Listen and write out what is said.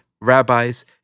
rabbis